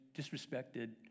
disrespected